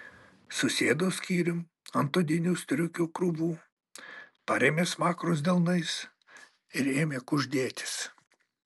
susėdo skyrium ant odinių striukių krūvų parėmė smakrus delnais ir ėmė kuždėtis